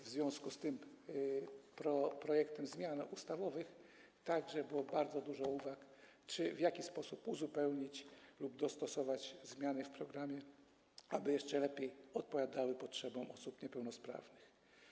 W związku z tym projektem zmian ustawowych także było bardzo dużo uwag co do tego, w jaki sposób uzupełnić lub dostosować zmiany w programie, aby jeszcze lepiej odpowiadały potrzebom osób niepełnosprawnych.